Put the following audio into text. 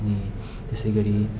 अनि त्यसै गरी